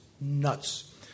nuts